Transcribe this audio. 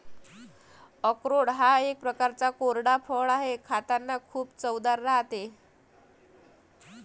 अक्रोड हा एक प्रकारचा कोरडा फळ आहे, खातांना खूप चवदार राहते